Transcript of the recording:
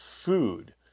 food